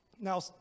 Now